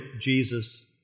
Jesus